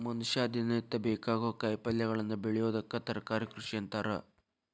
ಮನಷ್ಯಾಗ ದಿನನಿತ್ಯ ಬೇಕಾಗೋ ಕಾಯಿಪಲ್ಯಗಳನ್ನ ಬೆಳಿಯೋದಕ್ಕ ತರಕಾರಿ ಕೃಷಿ ಅಂತಾರ